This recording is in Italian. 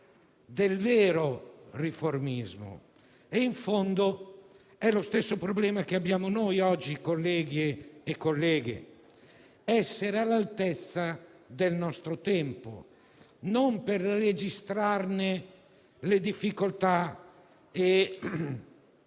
del vero riformismo e in fondo è lo stesso problema che abbiamo noi oggi, colleghi e colleghe: essere all'altezza del nostro tempo, e non per registrarne le difficoltà e